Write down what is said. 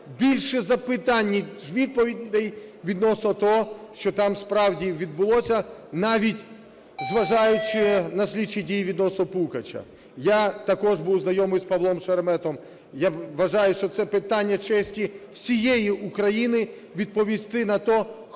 більше запитань ніж відповідей відносно того, що там справді відбулося, навіть зважаючи на слідчі дії відносно Пукача. Я також був знайомий з Павлом Шереметом. Я вважаю, що це питання честі всієї України відповісти на те,